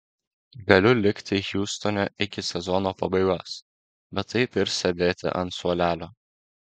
galiu likti hjustone iki sezono pabaigos bet taip ir sėdėti ant suolelio